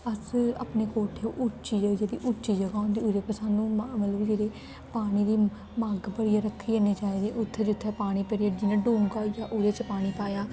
अस अपने कोठे उच्ची जेही जेह्ड़ी उच्ची जगह् होंदी ओह्दे पर सानूं मतलब कि जेह्ड़े पानी दे मग्ग भरियै रक्खी ओड़ने चाहिदे उत्थै जित्थै पानी भरियै जियां डूंगा होइया उ'दे च पानी पाएआ